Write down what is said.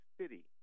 city